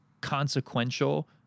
consequential